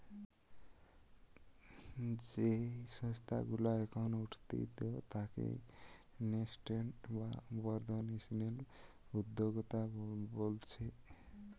যেই সংস্থা গুলা এখন উঠতি তাকে ন্যাসেন্ট বা বর্ধনশীল উদ্যোক্তা বোলছে